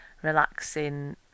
relaxing